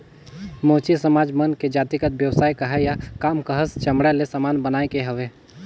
मोची समाज मन के जातिगत बेवसाय काहय या काम काहस चमड़ा ले समान बनाए के हवे